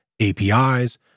APIs